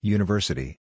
University